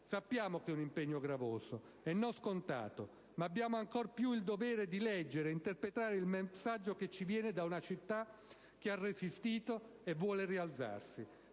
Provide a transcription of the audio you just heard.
Sappiamo che è un impegno gravoso e non scontato, ma abbiamo ancor più il dovere di leggere ed interpretare il messaggio che ci viene da una città che ha resistito e vuole rialzarsi,